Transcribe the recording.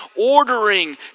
ordering